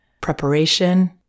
preparation